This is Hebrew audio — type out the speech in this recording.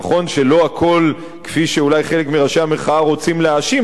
נכון שלא הכול כפי שאולי חלק מראשי המחאה רוצים להאשים.